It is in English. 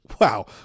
wow